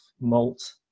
malt